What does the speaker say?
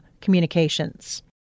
Communications